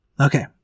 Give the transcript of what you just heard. Okay